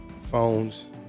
phones